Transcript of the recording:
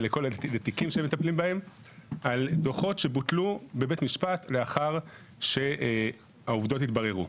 על דוחות שבוטלו בבית המשפט לאחר שהעובדות התבררו.